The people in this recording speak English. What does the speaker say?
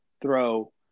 throw